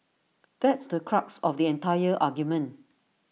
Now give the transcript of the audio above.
that's the crux of the entire argument